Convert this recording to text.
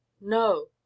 no